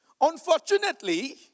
Unfortunately